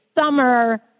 summer